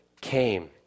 came